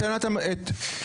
חברת הכנסת לזימי, בכבוד.